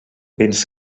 vents